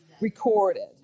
recorded